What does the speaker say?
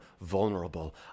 vulnerable